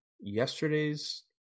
yesterday's